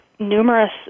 numerous